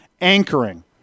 Anchoring